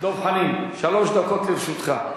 דב חנין, שלוש דקות לרשותך.